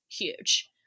huge